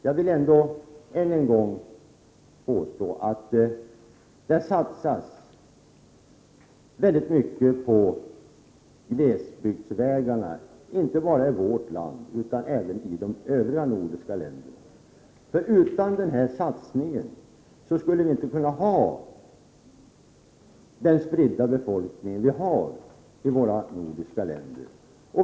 Jag vill ändå än en gång påstå att det satsas väldigt mycket på glesbygdsvägarna, inte bara i vårt land utan även i de övriga nordiska länderna. Utan denna satsning skulle vi inte kunna ha den spridda befolkning som vi har i våra nordiska länder.